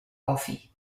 coffee